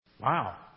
Wow